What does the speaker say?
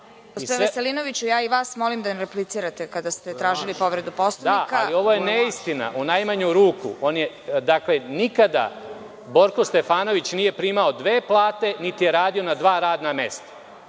Veselinoviću, molim i vas da ne replicirate kada ste tražili povredu Poslovnika.)Da, ali ovo je neistina u najmanju ruku. Dakle, nikada Borko Stefanović nije primao dve plate niti je radio na dva radna mesta.